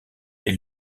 est